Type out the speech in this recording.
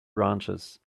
branches